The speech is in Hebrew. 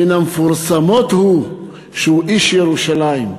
מן המפורסמות הוא שהוא איש ירושלים,